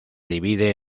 divide